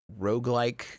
roguelike